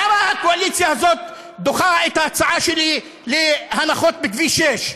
למה הקואליציה הזאת דוחה את ההצעה שלי להנחות בכביש 6?